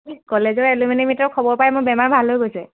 কলেজৰ এলোমনি মিটৰ খবৰ পাই মোৰ বেমাৰ ভাল হৈ গৈছে